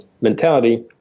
mentality